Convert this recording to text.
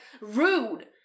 rude